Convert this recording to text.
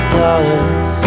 dollars